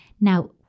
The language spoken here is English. now